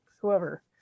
whoever